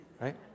right